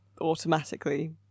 automatically